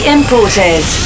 Imported